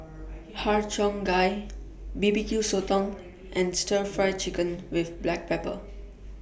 Har Cheong Gai B B Q Sotong and Stir Fry Chicken with Black Pepper